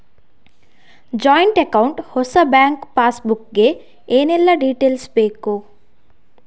Joint account ಹೊಸ bank passbook ಗೆ ಏನೆಲ್ಲ ಡೀಟೇಲ್ಸ್ ಬೇಕು?